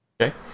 Okay